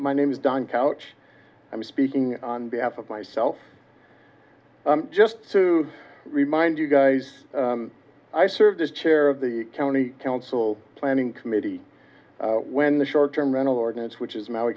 my name is don couch i'm speaking on behalf of myself just to remind you guys i served as chair of the county council planning committee when the short term rental ordinance which is